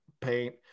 paint